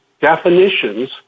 definitions